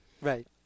Right